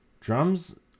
drums